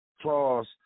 clause